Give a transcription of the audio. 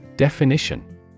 Definition